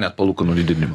net palūkanų didinimą